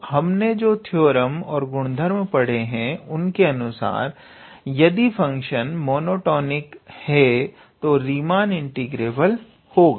तो हमने जो थ्योरम और गुणधर्म पढे हैं उनके अनुसार यदि फंक्शन मोनोटॉनिक है तो रीमान इंटीग्रेबल होगा